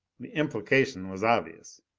the implication was obvious.